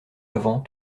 avant